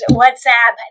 WhatsApp